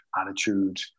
attitude